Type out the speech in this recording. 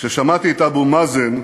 כששמעתי את אבו מאזן,